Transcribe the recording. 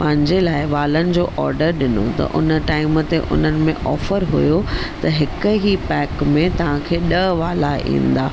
पंहिंजे लाइ वालनि जो ऑडर ॾिनो अथऊं उन टाइम उन्हनि में ऑफर हुओ त हिक ई पैक में तव्हांखे ॾह वाला ईंदा